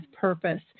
purpose